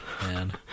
Man